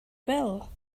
will